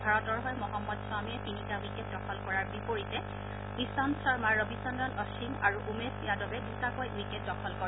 ভাৰতৰ হৈ মহম্মদ শ্বামীয়ে তিনিটা উইকেট দখল কৰাৰ বিপৰীতে ঈশান্ত শৰ্মা ৰৱিচজ্ৰন অধিন আৰু উমেশ যাদৱে দুটাকৈ উইকেট দখল কৰে